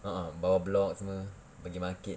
a'ah bawah blok semua pergi market